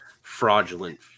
Fraudulent